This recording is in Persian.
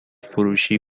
فروشی